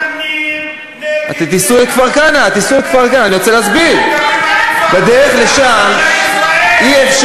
אני לא יודע אם הלכו לבקר שם חברי